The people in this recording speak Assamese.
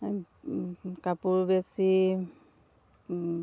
কাপোৰ বেচি